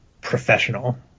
professional